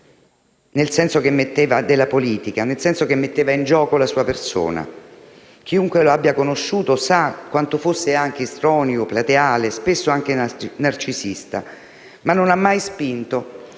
della personalizzazione della politica, nel senso che metteva in gioco la sua persona. Chiunque lo abbia conosciuto sa quanto fosse istrionico, plateale, spesso anche narcisista. Però non ha mai spinto